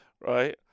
Right